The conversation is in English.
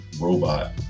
robot